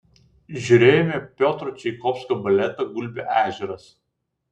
žiūrėjome piotro čaikovskio baletą gulbių ežeras